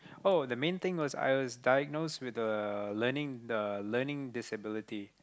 oh the main thing was I was diagnose with the learning the learning disability